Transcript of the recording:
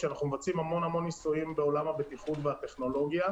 כשאנחנו מבצעים המון ניסויים בעולם הבטיחות והטכנולוגיה.